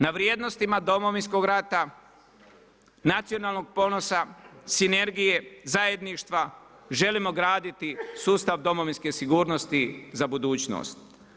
Na vrijednostima Domovinskog rata, nacionalnog ponosa, sinergije, zajedništva želimo graditi sustav domovinske sigurnosti za budućnost.